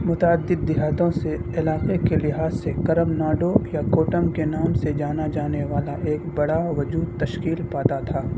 متعدد دیہاتوں سے علاقے کے لحاظ سے کرم ناڈو یا کوٹم کے نام سے جانا جانے والا ایک بڑا وجود تشکیل پاتا تھا